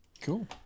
Cool